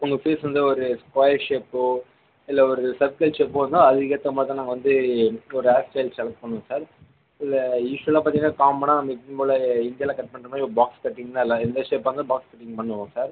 உங்கள் ஃபேஸ் வந்து ஒரு ஸ்கொயர் ஷேப்போ இல்லை ஒரு சர்க்குலர் ஷேப்போ வருதா அதுக்கு ஏற்ற மாதிரி தான் நாங்கள் வந்து ஒரு ஹேர் ஸ்டையில் செலெக்ட் பண்ணுவோம் சார் யூ இல்லை யூசுவல்லாக பார்த்திங்கனா காமனாக நாம் எப்பவும் போல் இந்தியாவில் கட் பண்ணுற மாதிரி ஒரு பாக்ஸு கட்டிங் தான் எந்த ஷேப்பாக இருந்தாலும் பாக்ஸு கட்டிங் பண்ணுவோம் சார்